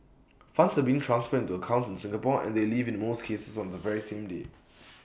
funds are being transferred into accounts in Singapore and they leave in most cases on the very same day